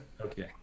Okay